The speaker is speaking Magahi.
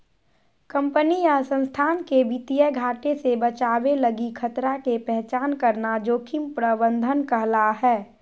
कंपनी या संस्थान के वित्तीय घाटे से बचावे लगी खतरा के पहचान करना जोखिम प्रबंधन कहला हय